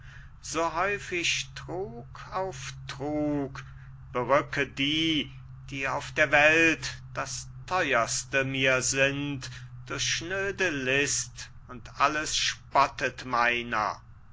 so häuf ich trug auf trug berücke die die auf der welt das theuerste mir sind durch schnöde list und alles spottet meiner